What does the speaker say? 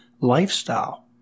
lifestyle